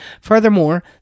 Furthermore